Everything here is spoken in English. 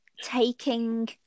taking